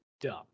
dumb